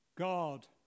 God